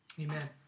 Amen